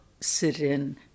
sit-in